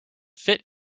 fit